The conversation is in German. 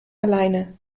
alleine